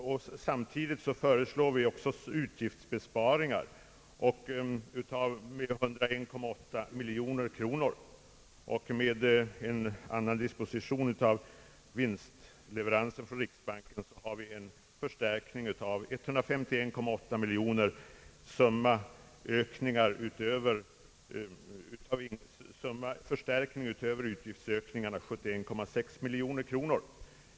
Samtidigt föreslår vi också utgiftsbesparingar med 101,8 miljoner kronor. Med en annan disposition av vinstleveranser från riksbanken än den som föreslås i statsverkspropositionen får vi en förstärkning av 151,8 miljoner kronor. Summa förstärkning utöver utgiftsökningarna: 71,6 miljoner kronor.